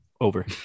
over